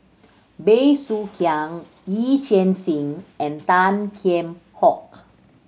Bey Soo Khiang Yee Chia Hsing and Tan Kheam Hock